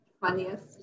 Funniest